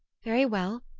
very well,